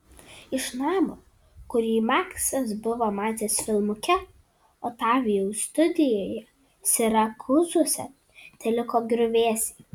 iš namo kurį maksas buvo matęs filmuke otavijaus studijoje sirakūzuose teliko griuvėsiai